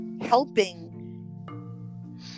helping